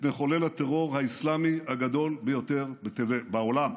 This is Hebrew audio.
מחולל הטרור האסלאמי הגדול ביותר בעולם.